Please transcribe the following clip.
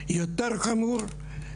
מסקנה שכבר דיברנו עליה בעבר,